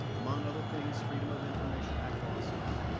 among other things, freedom of information act lawsuits,